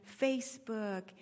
Facebook